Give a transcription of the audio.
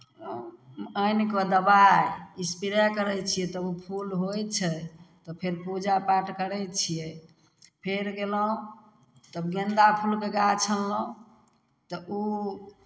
आनि कऽ दबाइ इसपरे करै छियै तब ओ फूल होइ छै तऽ फेर पूजा पाठ करै छियै फेर गेलहुँ तऽ गेन्दा फूलके गाछ अनलहुँ तऽ ओ